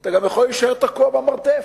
ואתה גם יכול להישאר תקוע במרתף.